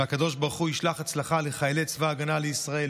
והקדוש ברוך הוא ישלח הצלחה לחיילי צבא ההגנה לישראל,